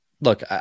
look